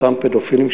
אותם פדופילים,